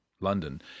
London